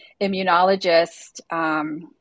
immunologist